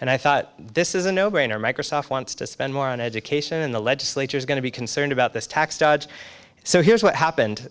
and i thought this is a no brainer microsoft wants to spend more on education and the legislature is going to be concerned about this tax dodge so here's what happened